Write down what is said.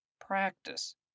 Practice